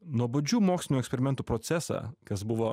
nuobodžių mokslinių eksperimentų procesą kas buvo